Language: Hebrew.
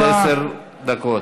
עד עשר דקות.